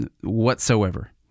whatsoever